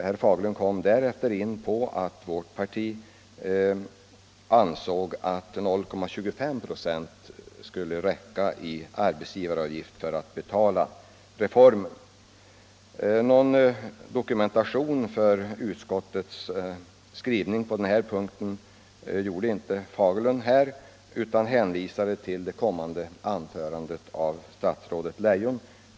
Därefter sade herr Fagerlund att vi inom vårt parti ansåg att det skulle räcka att höja arbetsgivaravgiften med 0,25 96 för att betala reformen, men någon dokumentation för utskottets skrivning på den punkten gjorde inte herr Fagerlund. Han hänvisade bara till fru statsrådet Leijons kommande anförande.